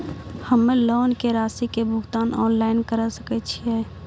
हम्मे लोन के रासि के भुगतान ऑनलाइन करे सकय छियै?